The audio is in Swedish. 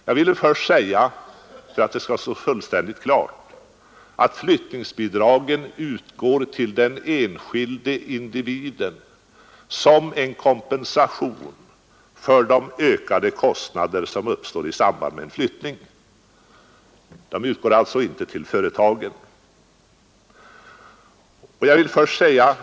Jag vill först för att detta skall stå fullständigt klart säga, att flyttningsbidraget utgår till den enskilde individen som en kompensation för de ökade kostnader som uppstår i samband med flyttningen. Det utgår alltså inte till företagen.